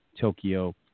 Tokyo